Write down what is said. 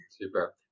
Super